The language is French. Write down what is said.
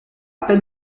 peine